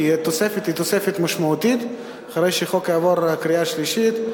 כי התוספת היא תוספת משמעותית אחרי שהחוק יעבור קריאה שלישית,